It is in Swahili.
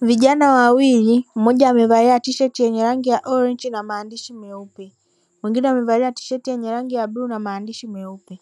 Vijana wawili. Mmoja amevalia tisheti yenye rangi ya orenji na maandishi meupe. Mwingine amevalia tisheti yenye rangi ya bluu na maandishi meupe.